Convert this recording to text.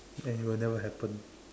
eh it will never happen